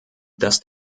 dass